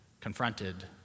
confronted